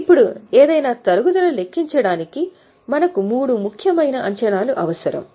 ఇప్పుడు ఏదైనా తరుగుదల లెక్కించడానికి మనకు మూడు ముఖ్యమైన అంచనాలు అవసరం